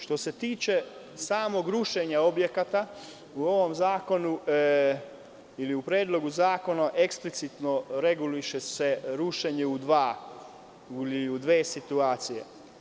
Što se tiče samog rušenja objekata, u ovom zakonu ili u predlogu zakona, eksplicitno se reguliše rušenje u dve situacije.